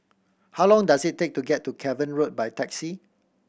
how long does it take to get to Cavan Road by taxi